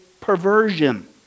perversion